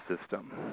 system